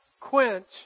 quench